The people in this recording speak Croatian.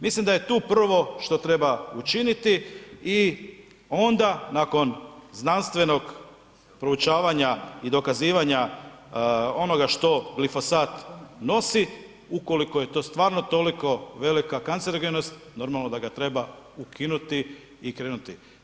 Mislim da je tu prvo što treba učiniti i onda nakon znanstvenog proučavanja i dokazivanja onoga što glifosat nosi, ukoliko je to stvarno toliko velika kancerogenost, normalno da ga treba ukinuti i krenuti.